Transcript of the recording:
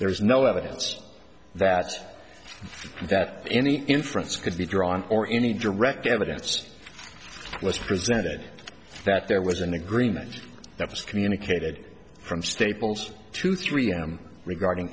there's no evidence that that any inference could be drawn or any direct evidence was presented that there was an agreement that was communicated from staples to three m regarding